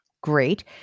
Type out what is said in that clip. Great